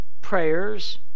Prayers